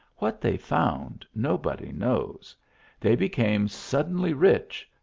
what they found nobody knows they be came suddenly rich,